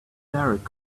derek